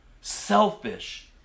selfish